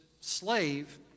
slave